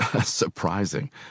surprising